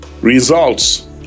results